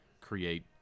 create